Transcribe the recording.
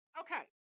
okay